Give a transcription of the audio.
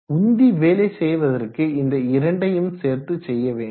உந்தி வேலை செய்வதற்கு இந்த இரண்டையும் சேர்த்து செய்ய வேண்டும்